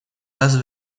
las